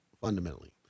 fundamentally